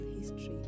history